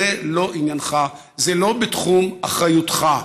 זה לא עניינך, זה לא בתחום אחריותך.